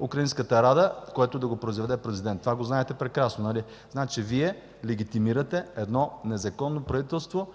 украинската Рада, което да го произведе президент. Това го знаете прекрасно, нали? Значи Вие легитимирате едно незаконно правителство